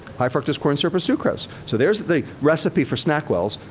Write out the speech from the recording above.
high fructose corn syrup or sucrose. so, there's the recipe for snackwells.